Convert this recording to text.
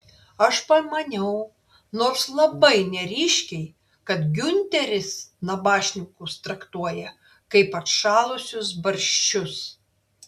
aš pamaniau nors labai neryškiai kad giunteris nabašnikus traktuoja kaip atšalusius barščius